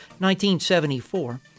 1974